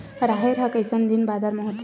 राहेर ह कइसन दिन बादर म होथे?